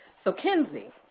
so kenzie,